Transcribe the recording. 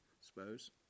suppose